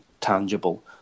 tangible